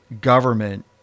government